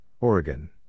Oregon